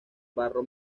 barro